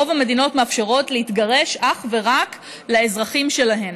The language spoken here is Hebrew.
רוב המדינות מאפשרות להתגרש אך ורק לאזרחים שלהם.